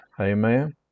Amen